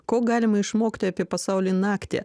ko galima išmokti apie pasaulį naktį